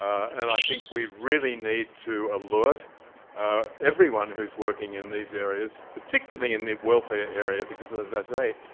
and i think we really need to alert everyone who's working in these areas, particularly in the welfare area because, as i say,